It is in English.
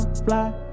Fly